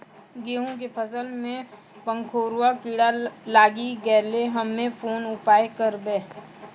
गेहूँ के फसल मे पंखोरवा कीड़ा लागी गैलै हम्मे कोन उपाय करबै?